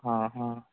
हां हां